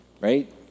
right